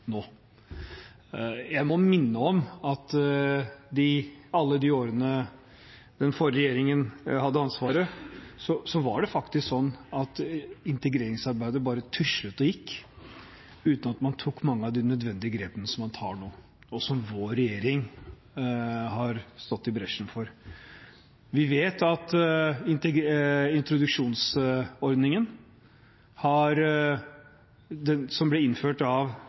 Jeg må minne om at i alle de årene den forrige regjeringen hadde ansvaret, var det faktisk sånn at integreringsarbeidet bare tuslet og gikk, uten at man tok mange av de nødvendige grepene som man tar nå, og som vår regjering har gått i bresjen for. Vi vet at introduksjonsordningen, som ble innført av